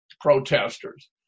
protesters